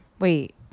Wait